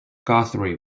guthrie